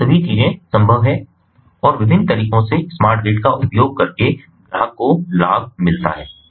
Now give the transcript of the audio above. तो ये सभी चीजें संभव हैं और विभिन्न तरीकों से स्मार्ट ग्रिड का उपयोग करके ग्राहक को लाभ मिलता है